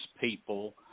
people